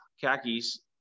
khakis